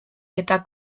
eta